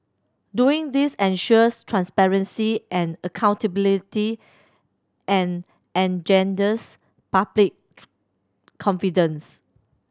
doing this ensures transparency and accountability and engenders public confidence